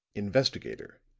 investigator,